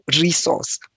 resource